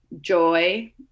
joy